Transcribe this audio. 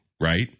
right